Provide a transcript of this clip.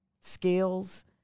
skills